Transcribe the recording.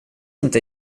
inte